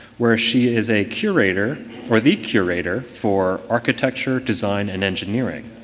where she is a curator or the curator for architecture, design and engineering.